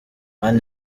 mani